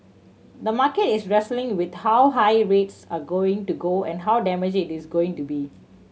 the market is wrestling with how high rates are going to go and how damage it's going to be